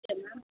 சரி மேம்